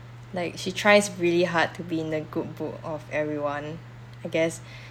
like she tries really hard to be in the good book of everyone I guess